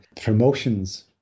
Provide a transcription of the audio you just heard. promotions